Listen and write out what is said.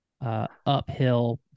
uphill